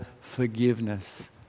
forgiveness